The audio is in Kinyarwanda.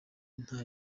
nta